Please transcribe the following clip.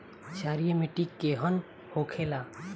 क्षारीय मिट्टी केहन होखेला?